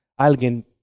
alguien